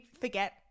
forget